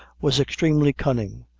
was extremely cunning,